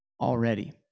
already